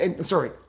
sorry